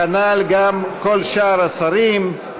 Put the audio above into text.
כנ"ל גם כל שאר השרים.